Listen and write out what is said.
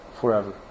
forever